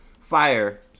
fire